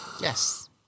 Yes